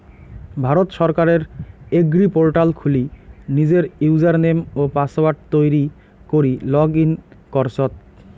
ভারত সরকারের এগ্রিপোর্টাল খুলি নিজের ইউজারনেম ও পাসওয়ার্ড তৈরী করি লগ ইন করচত